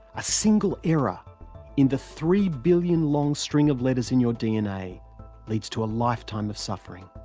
a single error in the three-billion-long string of letters in your dna leads to a lifetime of suffering.